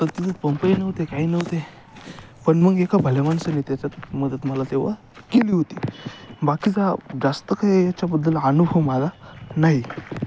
आता तिथे पंपही नव्हते काही नव्हते पण मग एका भल्या माणसाने त्याच्यात मदत मला तेव्हा केली होती बाकीचा जास्त काही याच्याबद्दल अनुभव मला नाही